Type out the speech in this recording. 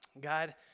God